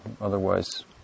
Otherwise